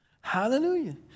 Hallelujah